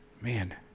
man